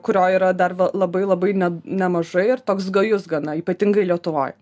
kurio yra dar va labai labai ne nemažai ir toks gajus gana ypatingai lietuvoj